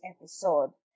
episode